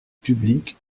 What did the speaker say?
public